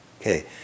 Okay